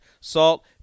salt